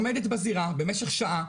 עומדת בזירה במשך שעה,